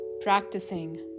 practicing